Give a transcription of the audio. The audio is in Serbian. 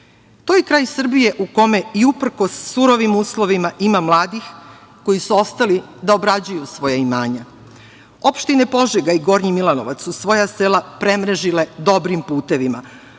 je kraj Srbije u kome i uprkos surovim uslovima, ima mladih koji su ostali da obrađuju svoja imanja. Opštine Požega i Gornji Milanovac su svoja sela premrežile dobrim putevima,